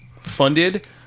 funded